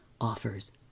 offers